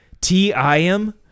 T-I-M